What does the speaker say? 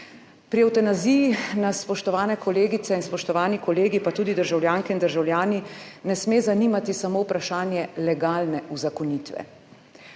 Pri evtanaziji nas, spoštovane kolegice in spoštovani kolegi, pa tudi državljanke in državljani, ne sme zanimati samo vprašanje legalne uzakonitve,